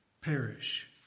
perish